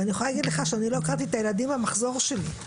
אני יכולה להגיד לך שלא הכרתי את הילדים מהמחזור שלי.